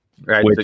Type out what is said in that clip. Right